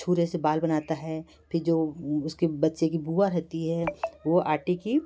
छुरे से बाल बनाता है फिर जो उसके बच्चे की बुआ रहती है वो आटे की